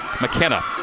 McKenna